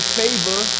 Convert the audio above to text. favor